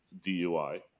DUI